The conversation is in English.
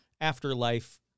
afterlife